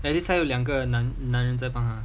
at least 他有两个男男人在帮他